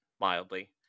mildly